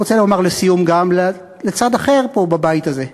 אני רוצה לומר לסיום גם לצד אחר פה בבית הזה.